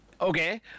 Okay